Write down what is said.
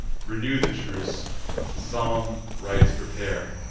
renew the truce the solemn rites prepare,